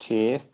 ٹھیٖک